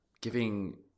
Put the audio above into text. giving